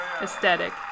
aesthetic